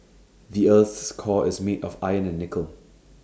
the Earth's core is made of iron and nickel